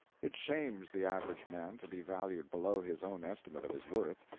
it shames the average man to be valued below his own estimate of his worth,